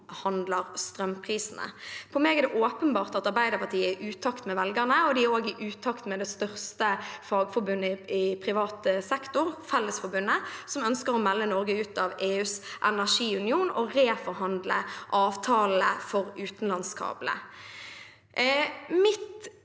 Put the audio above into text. som omhandler strømprisene. På meg er det åpenbart at Arbeiderpartiet er i utakt med velgerne, og de er også i utakt med det største fagforbundet i privat sektor, Fellesforbundet, som ønsker å melde Norge ut av EUs energiunion og reforhandle avtalene for utenlandskabler.